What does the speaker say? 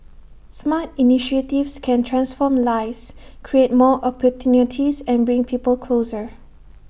smart initiatives can transform lives create more opportunities and bring people closer